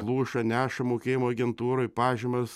pluša neša mokėjimo agentūrai pažymas